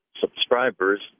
subscribers